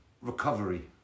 recovery